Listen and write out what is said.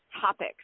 topics